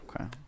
Okay